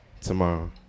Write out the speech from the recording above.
Tomorrow